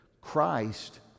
Christ